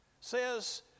says